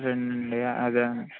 రెండండి అదా